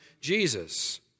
Jesus